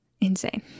insane